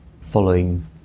following